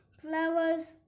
flowers